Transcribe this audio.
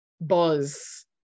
buzz